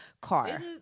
Car